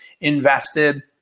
invested